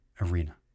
arena